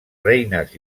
reines